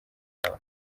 yabo